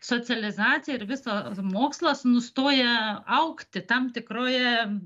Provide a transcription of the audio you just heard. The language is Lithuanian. socializacija ir visą mokslas nustoja augti tam tikroje